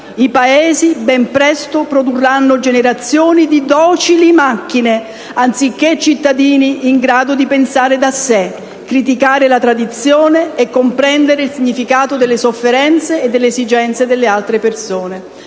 i Paesi ben presto produrranno generazioni di docili macchine anziché cittadini in grado di pensare da sé, criticare la tradizione e comprendere il significato delle sofferenze e delle esigenze delle altre persone».